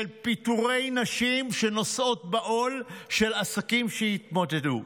של פיטורי נשים שנושאות בעול, של עסקים שהתמוטטו.